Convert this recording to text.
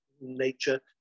nature